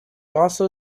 also